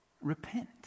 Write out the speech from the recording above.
Repent